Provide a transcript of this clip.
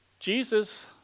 Jesus